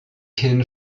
hin